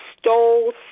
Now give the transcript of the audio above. stole